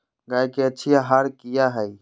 गाय के अच्छी आहार किया है?